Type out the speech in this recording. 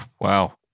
Wow